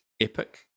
epic